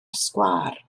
sgwâr